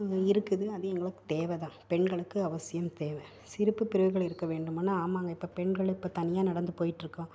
இருக்குது அது எங்களுக்கு தேவை தான் பெண்களுக்கு அவசியம் தேவை சிறப்புப் பிரிவுகள் இருக்க வேண்டுமான்னா ஆமாங்க இப்போ பெண்கள் இப்போ தனியாக நடந்து போயிட்டுருக்கோம்